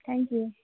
thank you